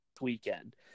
weekend